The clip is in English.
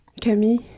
Camille